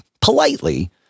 politely